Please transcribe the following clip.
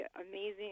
amazing